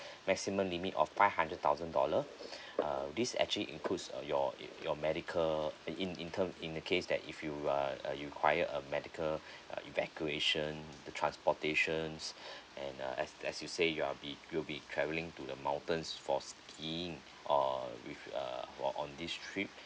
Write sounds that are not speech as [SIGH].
[BREATH] maximum limit of five hundred thousand dollars [BREATH] uh this actually includes uh your your medical in in term in the case that if you are uh you require a medical [BREATH] uh evacuation the transportations [BREATH] and uh as as you say you are be you'll be travelling to the mountains for skiing err with uh on on this trip